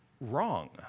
wrong